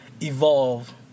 evolve